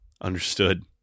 Understood